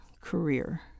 career